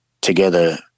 together